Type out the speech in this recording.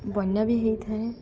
ବନ୍ୟା ବି ହେଇଥାଏ